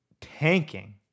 tanking